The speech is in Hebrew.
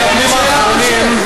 תהיה לך שאלה נוספת.